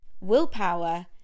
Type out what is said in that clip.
Willpower